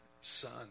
Son